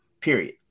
period